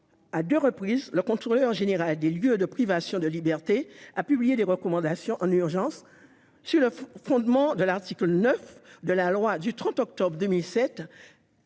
à deux reprises, le Contrôleur général des lieux de privation de liberté a publié en urgence des recommandations, sur le fondement de l'article 9 de la loi du 30 octobre 2007,